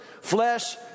flesh